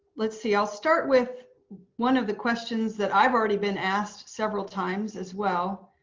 let's see. i'll start with one of the questions that i've already been asked several times as well,